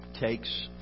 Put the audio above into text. takes